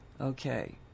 Okay